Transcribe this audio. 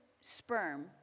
sperm